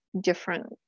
different